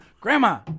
Grandma